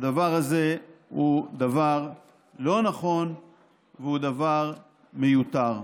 הדבר הזה הוא דבר לא נכון והוא דבר מיותר.